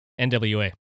NWA